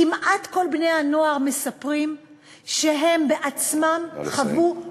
כמעט כל בני-הנוער מספרים שהם בעצמם חוו,